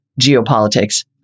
geopolitics